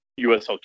usl